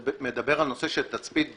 שמדבר על נושא תצפית ביתית,